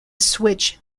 switch